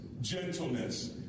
gentleness